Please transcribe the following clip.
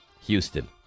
Houston